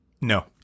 No